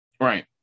Right